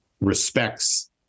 respects